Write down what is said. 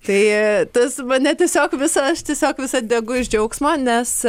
tai tas mane tiesiog visa aš tiesiog visa degu iš džiaugsmo nes